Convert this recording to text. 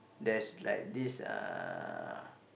there's like this uh